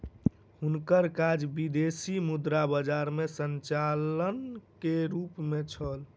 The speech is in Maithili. हुनकर काज विदेशी मुद्रा बजार में संचालक के रूप में छल